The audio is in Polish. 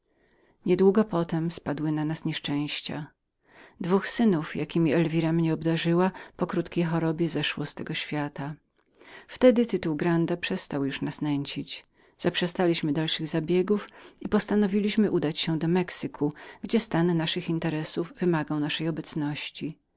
niedługo potem spadły na nas nieszczęścia dwóch synów jakiemi elwira mnie obdarzyła po krótkiej chorobie zeszło z tego świata wtedy tytuł granda przestał już nas nęcić zaprzestaliśmy dalszych zabiegów i postanowiliśmy udać się do mexyku gdzie stan naszych interesów wymagał naszej obecności